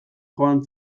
joan